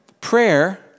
Prayer